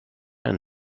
and